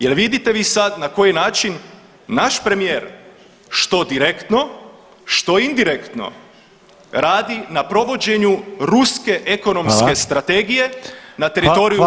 Jel vidite vi sad na koji način naš premijer što direktno, što indirektno radi na provođenju ruske ekonomske [[Upadica: Hvala.]] strategije na teritoriju RH.